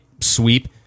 sweep